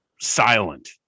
silent